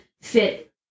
fit